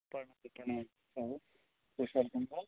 प्रणाम कहू कुशल मङ्गल